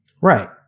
right